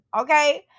Okay